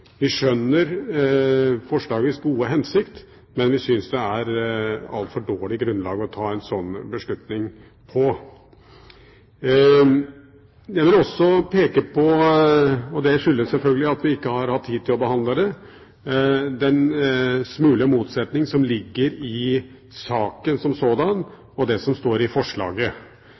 Vi skjønner forslagets gode hensikt, men vi syns det er et altfor dårlig grunnlag å ta en slik beslutning på. Jeg vil også peke på, og det skyldes selvfølgelig at vi ikke har hatt tid til å behandle det, den smule motsetning som ligger i saken om sådan, og det som står i forslaget.